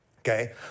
Okay